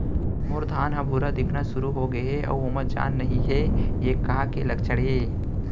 मोर धान ह भूरा दिखना शुरू होगे हे अऊ ओमा जान नही हे ये का के लक्षण ये?